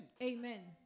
Amen